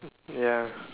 ya